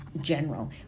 general